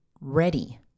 ready